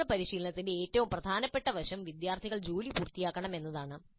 സ്വതന്ത്ര പരിശീലനത്തിന്റെ ഏറ്റവും പ്രധാനപ്പെട്ട വശം വിദ്യാർത്ഥികൾ ജോലി പൂർത്തിയാക്കണം എന്നതാണ്